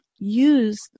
Use